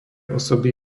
osoby